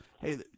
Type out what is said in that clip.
Hey